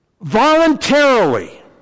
voluntarily